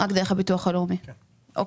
רק דרך הביטוח הלאומי, אוקיי,